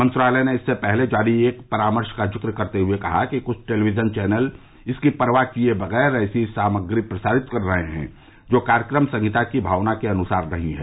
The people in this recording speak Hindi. मंत्रालय ने इससे पहले जारी एक परामर्श का जिक्र करते हुए कहा कि कुछ टेलिविजन चैनल इसकी परवाह किए बगैर ऐसी सामग्री प्रसारित कर रहे हैं जो कार्यक्रम संहिता की भावना के अनुसार नहीं है